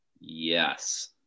Yes